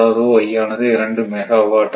அதாவது y ஆனது 2 megawatt ஆக இருக்கும்